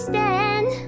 Stand